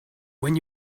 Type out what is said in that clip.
when